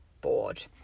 bored